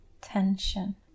tension